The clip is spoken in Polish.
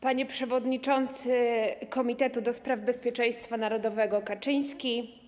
Panie Przewodniczący Komitetu do Spraw Bezpieczeństwa Narodowego Kaczyński!